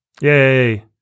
Yay